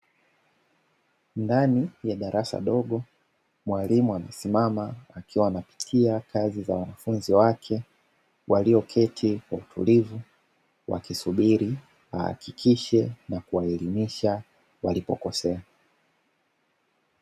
Ndani ya darasa dogo mwalimu amesimama, akiwa anapitia kazi za wanafunzi wake walioketi kwa utulivu wakisubiri ahakikishe na kuwaelimisha walipo kosea.